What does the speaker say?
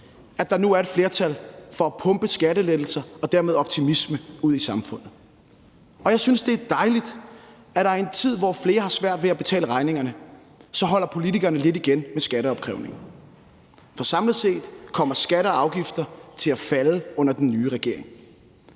at der nu er et flertal for at pumpe skattelettelser og dermed optimisme ud i samfundet, og jeg synes, det er dejligt, at politikerne i en tid, hvor flere har svært ved at betale regningerne, holder lidt igen med skatteopkrævninger. For samlet set kommer skatter og afgifter til at falde under den nye regering.